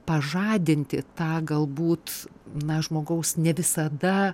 pažadinti tą galbūt na žmogaus ne visada